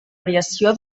variació